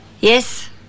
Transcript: yes